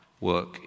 work